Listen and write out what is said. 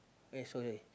eh sorry